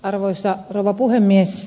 arvoisa rouva puhemies